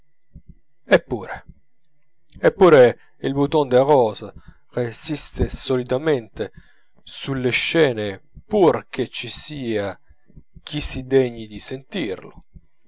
eppure eppure il bouton de rose resiste solidamente sulle scene pur che ci sia chi si degni di sentirlo